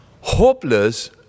hopeless